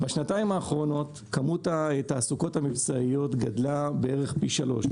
בשנתיים האחרונות כמות התעסוקות המבצעיות גדלה בערך פי שלוש.